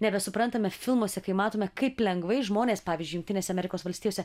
nebesuprantame filmuose kai matome kaip lengvai žmonės pavyzdžiui jungtinėse amerikos valstijose